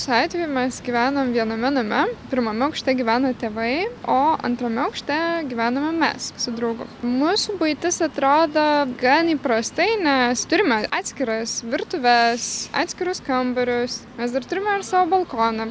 šiuo atveju mes gyvenam viename name pirmame aukšte gyvena tėvai o antrame aukšte gyvename mes su draugu mūsų buitis atrodo gan įprastai nes turime atskiras virtuves atskirus kambarius mes dar turime ir savo balkoną